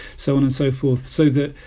so on and so forth so that,